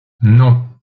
non